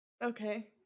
Okay